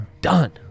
Done